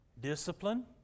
Discipline